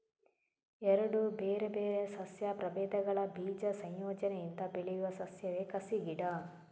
ಎರಡು ಬೇರೆ ಬೇರೆ ಸಸ್ಯ ಪ್ರಭೇದಗಳ ಬೀಜ ಸಂಯೋಜನೆಯಿಂದ ಬೆಳೆಯುವ ಸಸ್ಯವೇ ಕಸಿ ಗಿಡ